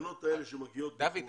הבנות האלה שמגיעות מחו"ל --- דוד,